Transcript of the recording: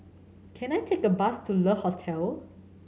can I take a bus to Le Hotel